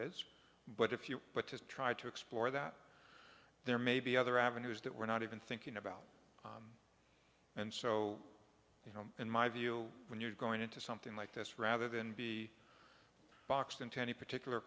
is but if you but to try to explore that there may be other avenues that we're not even thinking about and so you know in my view when you're going into something like this rather than be boxed into any particular